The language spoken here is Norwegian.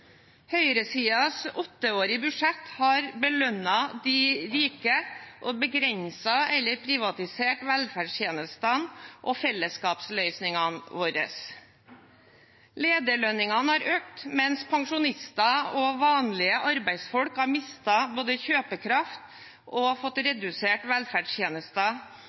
åtteårige budsjett har belønnet de rike og begrenset eller privatisert velferdstjenestene og fellesskapsløsningene våre. Lederlønningene har økt, mens pensjonister og vanlige arbeidsfolk har både mistet kjøpekraft og fått redusert velferdstjenester